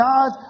God